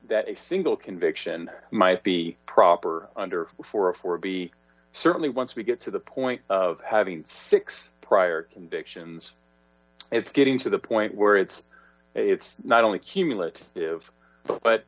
that a single conviction might be proper under way for a for b certainly once we get to the point of having six prior convictions it's getting to the point where it's it's not only cumulative but